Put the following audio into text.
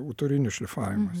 autorinis šlifavimas